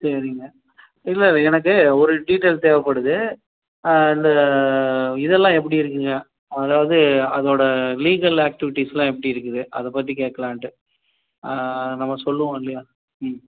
சரிங்க இல்லை எனக்கு ஒரு டீட்டெயில் தேவைப்படுது இந்த இதெல்லாம் எப்படி இருக்குங்க அதாவது அதோட லீகல் ஆக்டிவிட்டிஸ் எல்லாம் எப்படி இருக்குது அதை பற்றி கேட்கலான்ட்டு நம்ம சொல்லுவோம் இல்லையா ம்